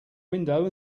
window